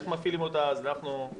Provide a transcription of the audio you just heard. איך מפעילים את הדברים.